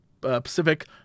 Pacific